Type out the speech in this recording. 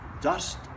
dust